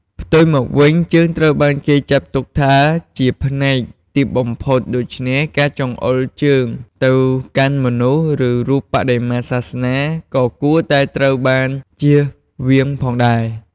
ផ្ទុយមកវិញ ជើងត្រូវបានចាត់ទុកថាជាផ្នែកទាបបំផុត ដូច្នេះការចង្អុលជើងទៅកាន់មនុស្ស ឬរូបបដិមាសាសនា ក៏គួរតែត្រូវបានជៀសវាងផងដែរ។